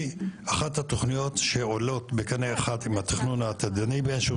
היא אחת התוכניות שעולות בקנה אחד עם התכנון העתידי ואין שום